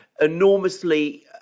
enormously